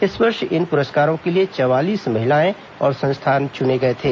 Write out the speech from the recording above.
इस वर्ष इन पुरस्कारों के लिए चवालीस महिलाएं और संस्थान चुने गए थे